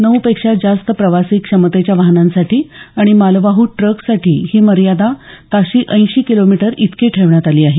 नऊ पेक्षा जास्त प्रवासी क्षमतेच्या वाहनांसाठी आणि मालवाहू ट्रकसाठी ही मर्यादा ताशी ऐंशी किलोमीटर इतकी ठेवण्यात आली आहे